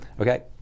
Okay